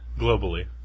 globally